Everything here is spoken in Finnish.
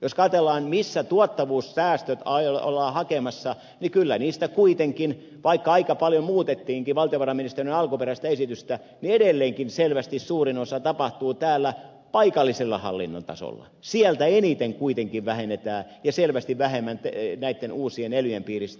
jos ajatellaan mistä tuottavuussäästöt ollaan hakemassa niin kyllä niistä kuitenkin vaikka aika paljon muutettiinkin valtiovarainministeriön alkuperäistä esitystä edelleenkin selvästi suurin osa tapahtuu täällä paikallisella hallinnon tasolla sieltä eniten kuitenkin vähennetään ja selvästi vähemmän näitten uusien elyjen piiristä